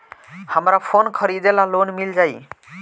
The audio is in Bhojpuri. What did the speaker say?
हमरा फोन खरीदे ला लोन मिल जायी?